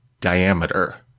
diameter